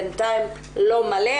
בינתיים לא מלא,